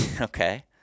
Okay